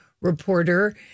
reporter